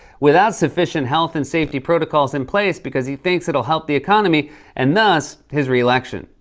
without sufficient health and safety protocols in place because he thinks it'll help the economy and, thus, his re-election.